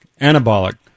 anabolic